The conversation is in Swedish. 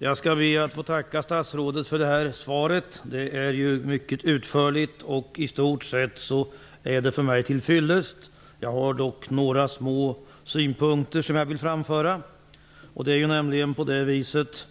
Fru talman! Jag tackar statsrådet för detta svar, som är mycket utförligt och i stort sett till fyllest för mig. Jag har dock några små synpunkter som jag vill framföra.